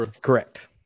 Correct